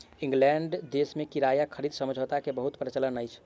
England देश में किराया खरीद समझौता के बहुत प्रचलन अछि